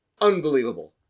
unbelievable